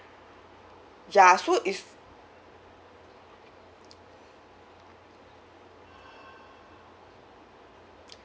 ya so it's